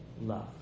love